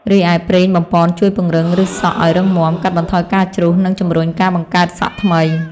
រីឯ ប្រេងបំប៉នជួយពង្រឹងឫសសក់ឲ្យរឹងមាំ កាត់បន្ថយការជ្រុះ និងជំរុញការបង្កើតសក់ថ្មី។